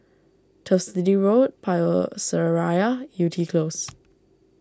Turf City Road Power Seraya Yew Tee Close